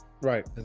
Right